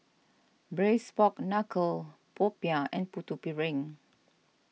Braised Pork Knuckle Popiah and Putu Piring